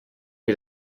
wie